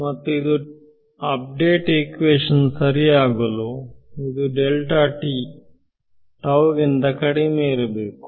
ಮತ್ತು update equation ಸರಿ ಆಗಲು ಇದು ಡೆಲ್ಟಾ t ತಾವು ಗಿಂತ ಕಡಿಮೆ ಇರಬೇಕು